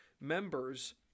members